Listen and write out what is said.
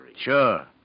Sure